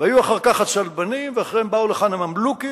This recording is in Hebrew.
והיו אחר כך הצלבנים ואחריהם באו לכאן הממלוכים